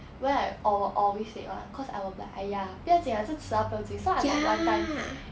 well I al~ always late [one] cause I will be like !aiya! 不要紧 lah 这迟到不要紧 so I got one time